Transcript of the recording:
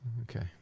Okay